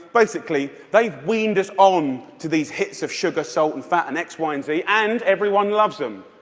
basically they've weaned us on to these hits of sugar, salt and fat, and x, y, and z, and everyone loves them,